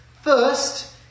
First